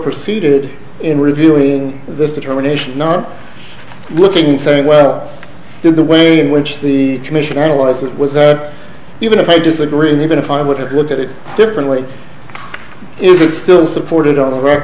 proceeded in reviewing this determination not looking in saying well did the way in which the commission analyzed it was even if i disagree and even if i would have looked at it differently is it still supported on